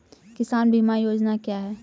किसान बीमा योजना क्या हैं?